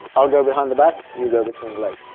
i'll go behind the back, you go between the legs!